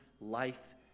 life